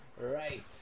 Right